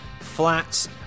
flats